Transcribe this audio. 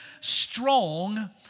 strong